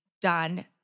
done